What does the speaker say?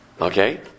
Okay